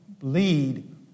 lead